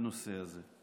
בנושא הזה.